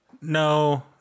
no